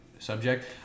subject